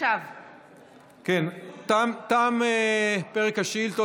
תם פרק השאילתות.